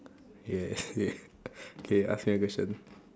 yeah yeah okay ask me a question